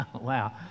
Wow